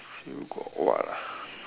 still got what ah